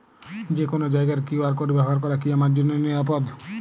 যে কোনো জায়গার কিউ.আর কোড ব্যবহার করা কি আমার জন্য নিরাপদ?